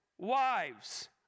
Wives